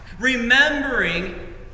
remembering